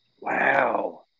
Wow